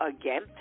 again